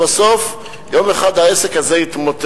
הרי בסוף, יום אחד העסק הזה יתמוטט.